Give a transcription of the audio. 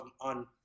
on